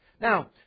Now